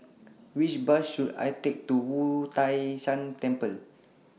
Which Bus should I Take to Wu Tai Shan Temple